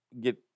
get